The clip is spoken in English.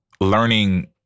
learning